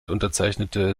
unterzeichnete